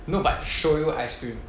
no but shoyu ice cream